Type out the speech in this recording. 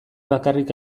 bakarrik